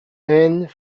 and